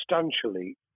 substantially